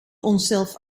onszelf